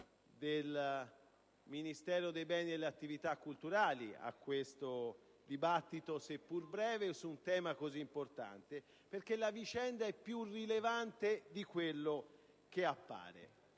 del Ministero dei beni culturali a questo dibattito, seppur breve, su un tema così importante, perché la vicenda è più rilevante di quello che appare.